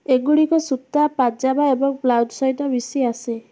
ଏଗୁଡ଼ିକ ସୂତା ପାଇଜାମା ଏବଂ ବ୍ଲାଉଜ୍ ସହିତ ମିଶି ଆସେ